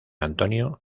antonio